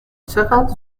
چقدر